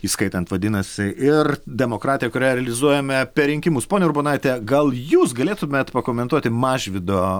įskaitant vadinasi ir demokratiją kurią realizuojame per rinkimus ponia urbonaite gal jūs galėtumėt pakomentuoti mažvydo